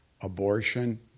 abortion